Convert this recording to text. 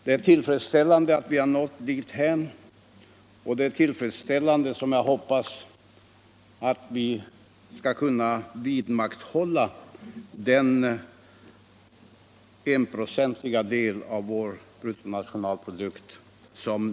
Det är glädjande att vi har nått dithän, och jag hoppas att vi också skall kunna vidmakthålla denna enprocentiga andel av vår bruttonationalprodukt.